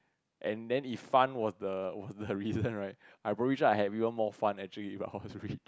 and then if fun was the was the reason right I'm pretty sure I will have even more fun actually if I were rich